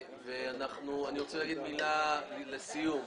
אני רוצה להגיד מילה לסיום: